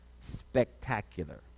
spectacular